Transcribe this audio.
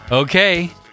Okay